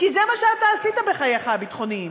כי זה מה שאתה עשית בחייך הביטחוניים.